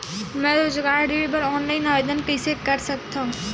मैं रोजगार ऋण बर ऑनलाइन आवेदन कइसे कर सकथव?